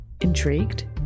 Intrigued